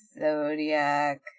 Zodiac